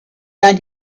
than